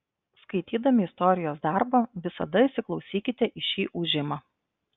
skaitydami istorijos darbą visada įsiklausykite į šį ūžimą